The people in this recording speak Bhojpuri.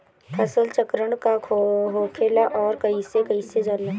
फसल चक्रण का होखेला और कईसे कईल जाला?